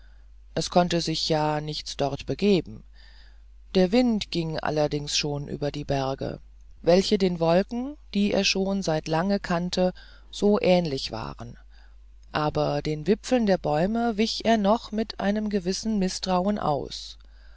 es konnte sich ja nichts dort begeben der wind ging allerdings schon über die berge welche den wolken die er schon seit lange kannte so ähnlich waren aber den wipfeln der bäume wich er noch mit einem gewissen mißtrauen aus